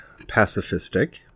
pacifistic